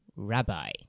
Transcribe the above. Rabbi